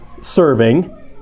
serving